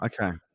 Okay